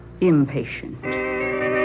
impatient